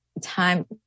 Time